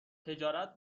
تجارت